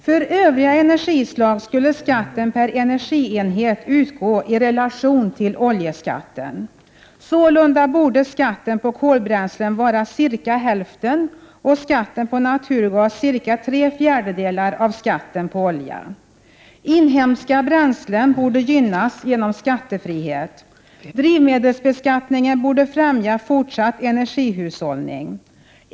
För Övriga energislag skulle skatten per energienhet utgå i relation till oljeskatten. Sålunda borde skatten på kolbränslen vara cirka hälften och skatten på naturgas cirka tre fjärdedelar av skatten på olja. Inhemska bränslen borde gynnas genom skattefrihet. Drivmedelsbeskattningen borde främja fortsatt energihushållning.